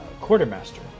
Quartermaster